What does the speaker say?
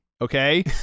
Okay